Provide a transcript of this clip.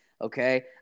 Okay